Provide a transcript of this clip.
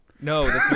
No